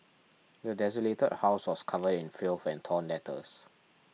the desolated house was covered in filth and torn letters